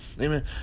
Amen